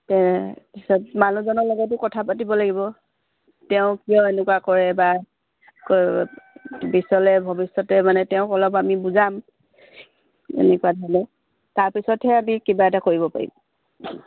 তে পিছত মানুহজনৰ লগতো কথা পাতিব লাগিব তেওঁ কিয় এনেকুৱা কৰে বা কি কয় পিছলৈ ভৱিষ্যতে মানে তেওঁক অলপ আমি বুজাম এনেকুৱা ধৰণৰ তাৰপিছতহে আমি কিবা এটা কৰিব পাৰিম